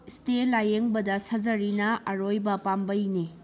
stay ꯂꯥꯏꯌꯦꯡꯕꯗ ꯁꯔꯖꯔꯤꯅ ꯑꯔꯣꯏꯕ ꯄꯥꯝꯕꯩꯅꯤ